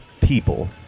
people